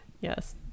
Yes